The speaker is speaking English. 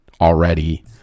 already